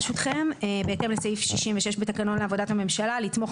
ברשותכם: בהתאם לסעיף 66 בתקנון לעבודת הממשלה לתמוך